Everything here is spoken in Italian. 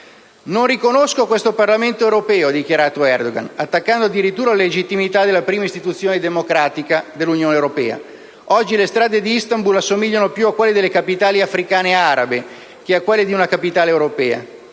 «Non riconosco questo Parlamento europeo», ha dichiarato Erdogan, attaccando addirittura la legittimità della prima istituzione democratica dell'Unione europea. Oggi le strade di Istanbul assomigliano più a quelle delle capitali africane arabe che a quelle di una capitale europea.